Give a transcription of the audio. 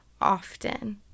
often